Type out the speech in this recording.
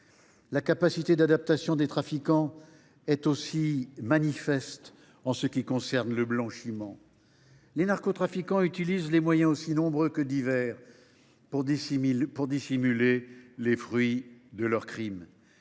La capacité d’adaptation des trafiquants est aussi remarquable en ce qui concerne le blanchiment. Les narcotrafiquants utilisent des moyens aussi nombreux que divers pour dissimuler les fruits de leurs crimes.